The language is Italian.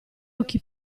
occhi